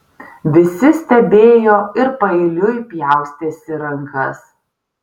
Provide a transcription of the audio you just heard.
visi stebėjo ir paeiliui pjaustėsi rankas